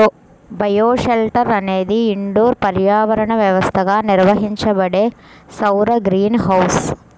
bioshelter అనేది indoor పర్యావరణ వ్యవస్థగా నిర్వహించబడే సౌర గ్రీన్ హౌస్